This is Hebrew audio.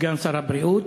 סגן שר הבריאות,